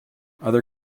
other